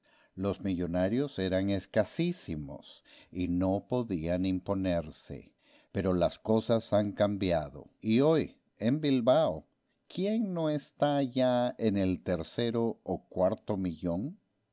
los millonarios eran escasísimos y no podían imponerse pero las cosas han cambiado y hoy en bilbao quién no está ya en el tercero o cuarto millón